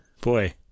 Boy